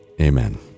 Amen